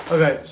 Okay